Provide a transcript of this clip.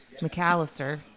McAllister